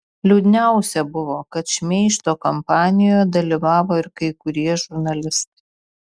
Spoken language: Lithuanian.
liūdniausia buvo kad šmeižto kampanijoje dalyvavo ir kai kurie žurnalistai